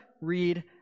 read